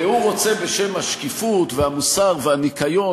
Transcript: והוא רוצה בשם השקיפות והמוסר והניקיון